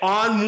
on